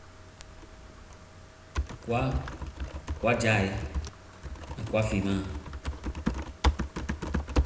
kua! Kua jaee. And kua fiimaa.